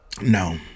No